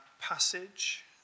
passage